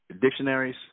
dictionaries